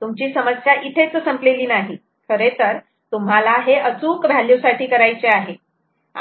तुमची समस्या इथेच संपलेली नाही खरे तर तुम्हाला हे अचूक व्हॅल्यू साठी करायचे आहे